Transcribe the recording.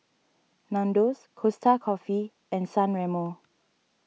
Nandos Costa Coffee and San Remo